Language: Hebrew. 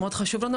מאוד חשוב לנו.